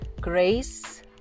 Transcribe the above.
grace